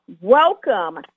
Welcome